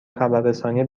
خبررسانی